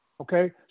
okay